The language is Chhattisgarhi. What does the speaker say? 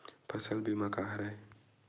फसल बीमा का हरय?